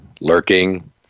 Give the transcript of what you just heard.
lurking